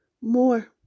more